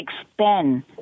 expand